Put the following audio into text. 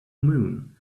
moon